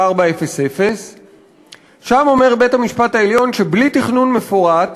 7654/00. שם אומר בית-המשפט העליון שבלי תכנון מפורט